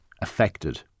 affected